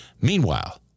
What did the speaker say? Meanwhile